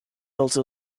also